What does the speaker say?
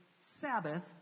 Sabbath